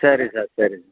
சரி சார் சரி சார்